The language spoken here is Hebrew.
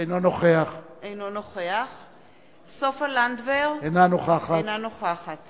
אינו נוכח סופה לנדבר, אינה נוכחת